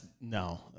No